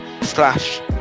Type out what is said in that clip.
slash